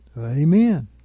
Amen